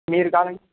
మీరు దానికి